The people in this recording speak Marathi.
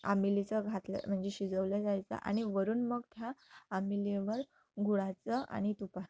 आंबीलीचं घातलं म्हणजे शिजवल्या जायचं आणि वरून मग त्या आंबीलीवर गुळाचं आणि तूप